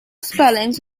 spellings